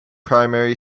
primary